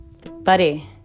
Buddy